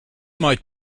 might